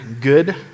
good